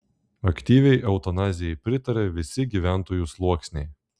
aktyviai eutanazijai pritaria visi gyventojų sluoksniai